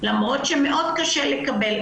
למרות שמאוד קשה לקבל.